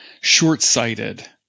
short-sighted